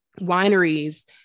wineries